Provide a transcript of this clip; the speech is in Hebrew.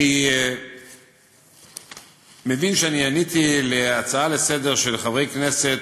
אני מבין שאני עניתי להצעות לסדר-היום של חברי הכנסת,